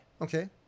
Okay